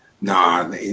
No